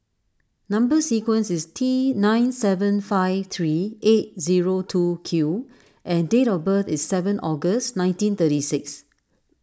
Number Sequence is T nine seven five three eight zero two Q and date of birth is seven August nineteen thirty six